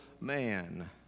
man